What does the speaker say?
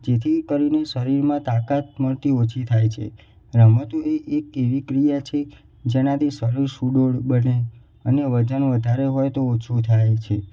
જેથી કરીને શરીરમાં તાકાત મળતી ઓછી થાય છે રમતો એ એક એવી ક્રિયા છે જેનાથી શરીર સુડોળ બને અને વજન વધારે હોય તો ઓછું થાય છે